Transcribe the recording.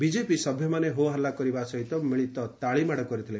ବି ସଭ୍ୟମାନେ ହୋ ହାଲ୍ଲା କରିବା ସହିତ ମିଳିତ ତାଳିମାଡ଼ କରିଥିଲେ